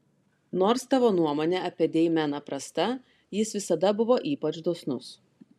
nors tavo nuomonė apie deimeną prasta jis visada buvo ypač dosnus